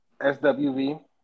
SWV